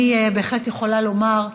אני בהחלט יכולה לומר,